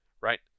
Right